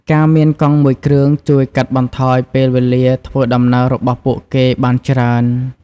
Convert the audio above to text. ការមានកង់មួយគ្រឿងជួយកាត់បន្ថយពេលវេលាធ្វើដំណើររបស់ពួកគេបានច្រើន។